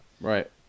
Right